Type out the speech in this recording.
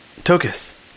Tokus